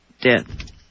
death